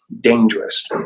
dangerous